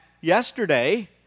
yesterday